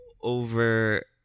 over